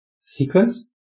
sequence